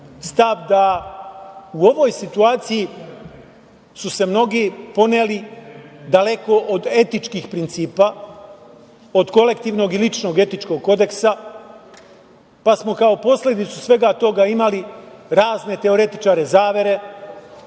stav da u ovoj situaciji su se mnogi poneli daleko od etičkih principa, od kolektivnog i etičkog kodeksa, pa smo kao posledicu svega toga imali razne teoretičare zavere,